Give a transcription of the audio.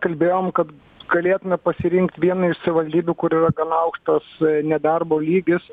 kalbėjom kad galėtume pasirinkt vieną iš savivaldybių kur yra gana aukštas nedarbo lygis